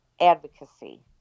advocacy